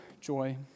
Joy